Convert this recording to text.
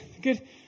Good